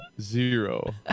zero